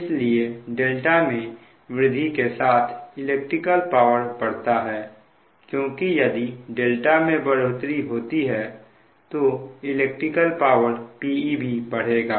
इसी प्रकार δ में वृद्धि के साथ इलेक्ट्रिकल पावर बढ़ता है क्योंकि यदि δ में बढ़ोतरी होती है तो इलेक्ट्रिकल पावर Pe भी बढ़ेगा